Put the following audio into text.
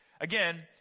Again